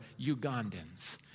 Ugandans